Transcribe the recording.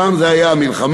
פעם זה היה מלחמה,